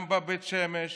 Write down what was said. גם בבית שמש,